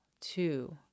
two